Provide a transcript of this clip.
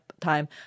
Time